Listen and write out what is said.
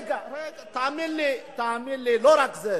טיעונים הפוכים.